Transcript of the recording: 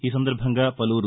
ఈ సందర్బంగా పలువురు